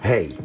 Hey